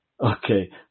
Okay